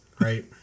Right